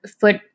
foot